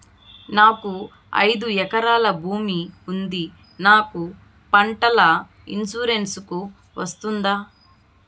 నాకు ఐదు ఎకరాల భూమి ఉంది నాకు పంటల ఇన్సూరెన్సుకు వస్తుందా?